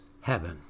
heaven